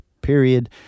period